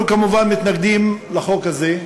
אנחנו כמובן מתנגדים לחוק הזה,